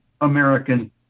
American